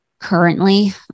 Currently